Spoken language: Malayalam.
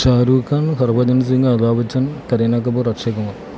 ഷാറൂഖ് ഖാന് ഹര്ഭജന് സിംഗ് അമിതാഭ് ബച്ചന് കരീനാ കപൂര് അക്ഷയ് കുമാര്